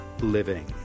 living